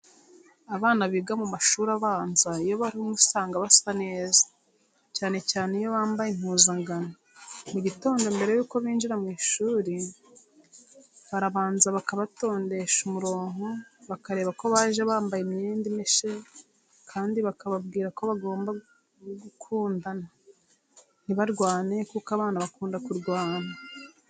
Abana biga mu mashuri abanza iyo bari hamwe usanga basa neza, cyane cyane iyo bambaye impuzankano. Mu gitondo mbere yuko binjira mu ishuri barabanza bakabatondesha umurongo bakareba ko baje bambaye imyenda imeshe kandi bakababwira ko bagomba gukundana ntibarwane kuko abana bakunda kurwana.